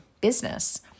business